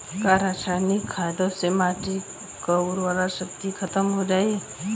का रसायनिक खादों से माटी क उर्वरा शक्ति खतम हो जाला?